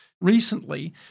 recently